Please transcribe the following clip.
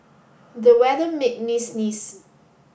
the weather made me sneeze